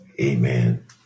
Amen